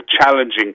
challenging